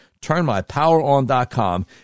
TurnMyPowerOn.com